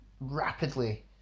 rapidly